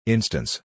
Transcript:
Instance